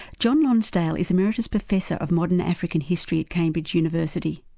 john lonsdale is emeritus professor of modern african history at cambridge university.